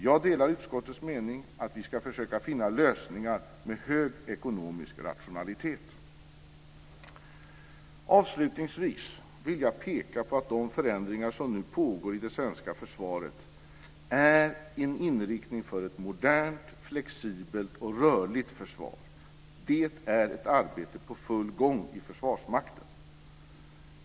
Jag delar utskottets mening att vi ska försöka finna lösningar med hög ekonomisk rationalitet. Avslutningsvis vill jag peka på att de förändringar som nu pågår i det svenska försvaret är en inriktning för ett modernt, flexibelt och rörligt försvar. Det är ett arbete som är i full gång i Försvarsmakten.